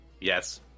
Yes